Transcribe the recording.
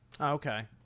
okay